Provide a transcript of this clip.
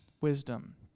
wisdom